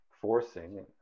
forcing